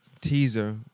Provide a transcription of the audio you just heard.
teaser